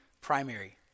primary